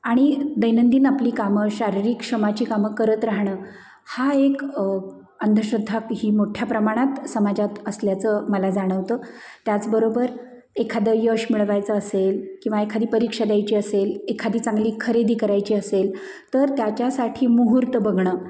आणि दैनंदिन आपली कामं शारीरिक श्रमाची कामं करत राहणं हा एक अंधश्रद्धा ही मोठ्या प्रमाणात समाजात असल्याचं मला जाणवतं त्याचबरोबर एखादं यश मिळवायचं असेल किंवा एखादी परीक्षा द्यायची असेल एखादी चांगली खरेदी करायची असेल तर त्याच्यासाठी मुहूर्त बघणं